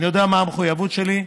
אני יודע מה המחויבות שלי,